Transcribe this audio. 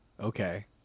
okay